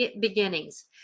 beginnings